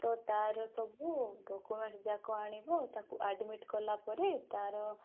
ତ ତାର ସବୁ ଡକୁମେଣ୍ଟ୍ ଯାକ ଆଣିବ ତାକୁ ଆଡମିଟ୍ କଲା ପରେ ତାର